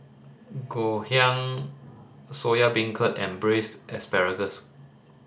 Ngoh Hiang Soya Beancurd and Braised Asparagus